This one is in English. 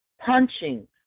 punching